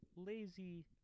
lazy